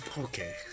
Okay